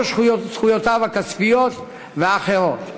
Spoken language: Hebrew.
כל זכויותיו הכספיות ואחרות.